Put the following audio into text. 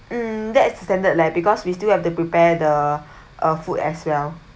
en that extended leh because we still have to prepare the food as well